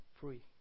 free